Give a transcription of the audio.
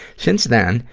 since then,